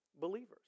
believers